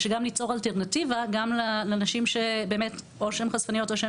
גם ליצור אלטרנטיבה גם לנשים שבאמת או שהן חשפניות או שהן